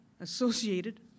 associated